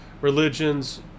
religions